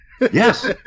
Yes